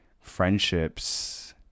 friendships